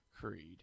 Creed